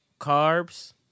carbs